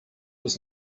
was